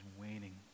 waning